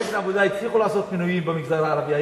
מפלגת העבודה הצליחו לעשות מינויים במגזר הערבי,